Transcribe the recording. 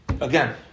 again